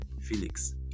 Felix